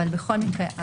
אבל בכל מקרה,